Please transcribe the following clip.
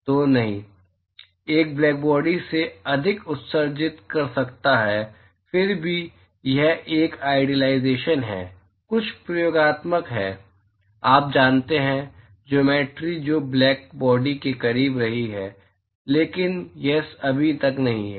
तो नहीं एक ब्लैकबॉडी से अधिक उत्सर्जित कर सकता है फिर से यह एक आइडियालाइज़ेशन है कुछ प्रयोगात्मक हैं आप जानते हैं ज्योमेट्रि जो ब्लैक बॉडी के करीब रही हैं लेकिन यह अभी तक नहीं है